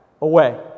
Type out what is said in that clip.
away